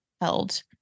held